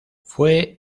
fue